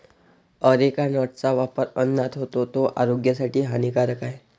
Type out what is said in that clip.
areca नटचा वापर अन्नात होतो, तो आरोग्यासाठी हानिकारक आहे